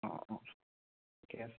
অঁ অঁ ঠিকে আছে